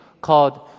called